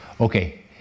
Okay